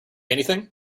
anything